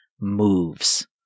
moves